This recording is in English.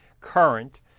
current